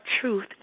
truth